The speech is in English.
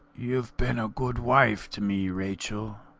you've been a good wife to me, rachel,